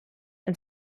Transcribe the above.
and